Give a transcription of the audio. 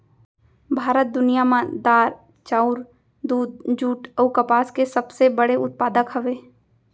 भारत दुनिया मा दार, चाउर, दूध, जुट अऊ कपास के सबसे बड़े उत्पादक हवे